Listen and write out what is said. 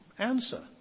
Answer